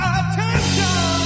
attention